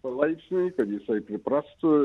palaipsniui kad jisai priprastų